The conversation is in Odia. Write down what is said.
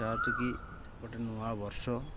ଯେହେତୁ କିି ଗୋଟେ ନୂଆ ବର୍ଷ